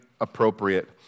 appropriate